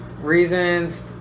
reasons